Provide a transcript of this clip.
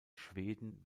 schweden